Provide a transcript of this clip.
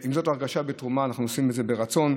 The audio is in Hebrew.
זאת ההרגשה בתרומה, אנחנו עושים את זה ברצון.